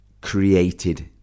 created